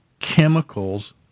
chemicals